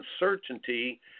Uncertainty